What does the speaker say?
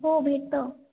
हो भेटतं